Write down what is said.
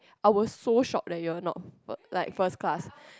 our so shock you are not like first class